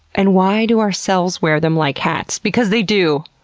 and why do our cells wear them like hats? because they do!